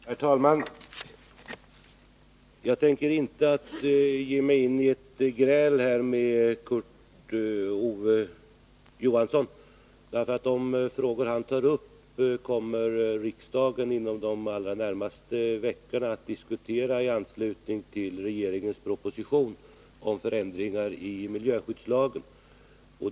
Herr talman! Jag tänker inte ge mig in i ett gräl här med Kurt Ove Johansson. De frågor han tar upp kommer riksdagen nämligen inom de allra närmaste veckorna att diskutera i anslutning till behandlingen av regeringens proposition om förändringar i miljöskyddslagen.